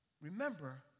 remember